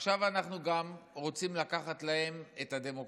עכשיו אנחנו גם רוצים לקחת להם את הדמוקרטיה.